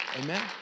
Amen